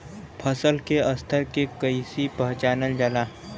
फसल के स्तर के कइसी पहचानल जाला